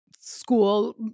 school